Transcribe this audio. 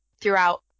throughout